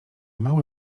mały